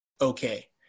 okay